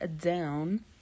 down